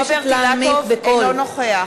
אינו נוכח